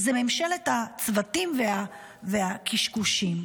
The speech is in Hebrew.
זו ממשלת הצוותים והקשקושים.